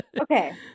okay